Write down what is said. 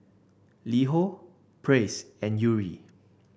LiHo Praise and Yuri